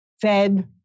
Fed